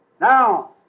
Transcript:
Now